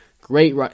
great